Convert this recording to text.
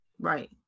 Right